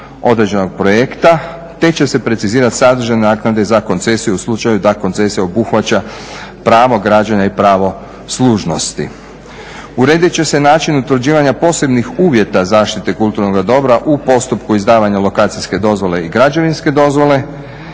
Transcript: određenog projekta te će se precizirati sadržaj naknade za koncesiju u slučaju da koncesija obuhvaća pravo građenja i pravo služnosti. Uredit će se način utvrđivanja posebnih uvjeta zaštite kulturnoga dobra u postupku izdavanja lokacijske dozvole i građevinske dozvole,